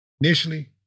initially